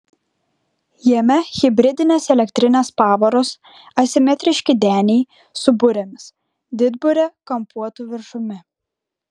jame hibridinės elektrinės pavaros asimetriški deniai su burėmis didburė kampuotu viršumi